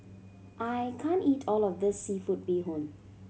I can't eat all of this seafood bee hoon